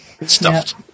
Stuffed